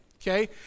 okay